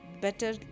better